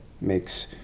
makes